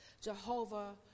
Jehovah